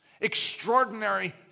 extraordinary